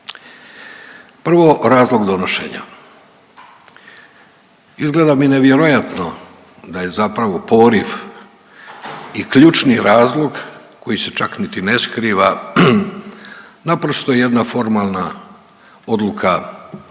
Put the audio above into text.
Prvo razlog donošenja, izgleda mi nevjerojatno da je zapravo poriv i ključni razlog koji se čak niti ne skriva naprosto jedna formalna odluka ustavnoga